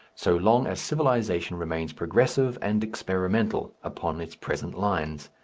so long as civilization remains progressive and experimental upon its present lines.